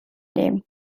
nehmen